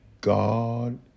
God